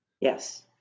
Yes